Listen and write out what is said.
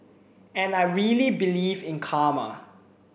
and I really believe in Karma